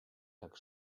tak